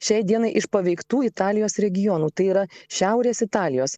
šiai dienai iš paveiktų italijos regionų tai yra šiaurės italijos